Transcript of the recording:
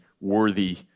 worthy